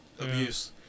abuse